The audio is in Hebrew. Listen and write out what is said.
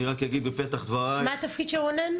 אני רק אגיד בפתח דבריי --- מה התפקיד של רונן?